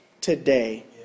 today